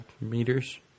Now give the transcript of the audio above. meters